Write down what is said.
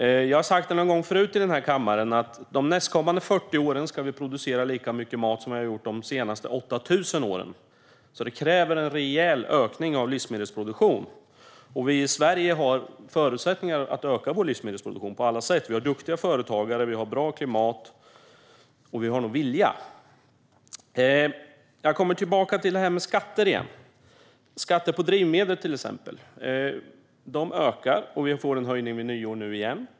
Jag har sagt det några gånger tidigare i den här kammaren att under de nästkommande 40 åren ska vi producera lika mycket mat som vi har gjort under de senaste 8 000 åren. Det kräver en rejäl ökning av livsmedelsproduktionen. Vi i Sverige har förutsättningar för att göra det på alla sätt. Här finns duktiga företagare, bra klimat och en vilja. Jag återkommer till detta med skatter. Skatten på drivmedel, till exempel, ökar och det blir en höjning nu efter nyår igen.